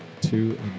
Two